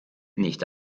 nicht